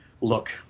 look